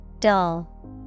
Dull